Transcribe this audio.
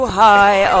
high